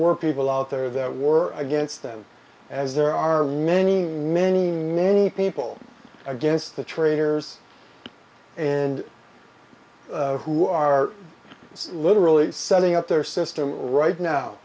were people out there that were against them as there are many many many people against the traitors and who are literally setting up their system right now